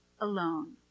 alone